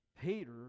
Peter